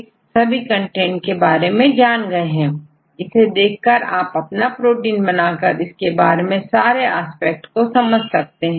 अब आपUniProtडेटाबेस के सभी कंटेंट के बारे में जान गए हैं इसे देखकर आप अपना प्रोटीन बनाकर उसके बारे में सारे एस्पेक्ट समझ सकते हैं